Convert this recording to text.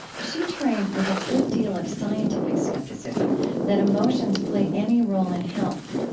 she trained with a good deal of scientific skepticism that emotions play any role in health.